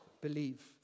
believe